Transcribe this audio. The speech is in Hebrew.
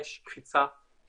יש קפיצה